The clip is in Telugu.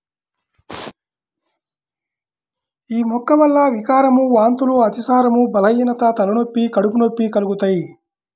యీ మొక్క వల్ల వికారం, వాంతులు, అతిసారం, బలహీనత, తలనొప్పి, కడుపు నొప్పి కలుగుతయ్